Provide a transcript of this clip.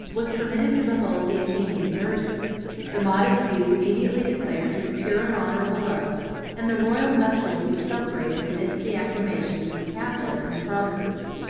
was permitted to behold the athenian virgin the modest youth immediately declared his pure and honorable love and the royal nuptials were celebrated amidst the acclamations of the capital and the provinces.